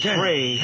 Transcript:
pray